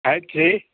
five three